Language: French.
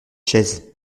chaise